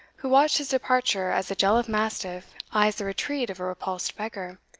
who watched his departure as a jealous mastiff eyes the retreat of a repulsed beggar,